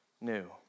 new